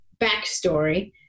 backstory